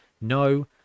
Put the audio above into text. no